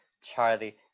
charlie